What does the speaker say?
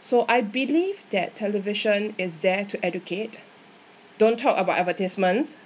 so I believe that television is there to educate don't talk about advertisements